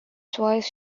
twice